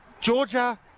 Georgia